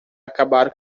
acabar